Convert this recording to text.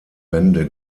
bände